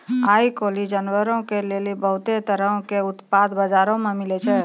आइ काल्हि जानवरो के लेली बहुते तरहो के उत्पाद बजारो मे मिलै छै